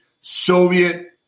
Soviet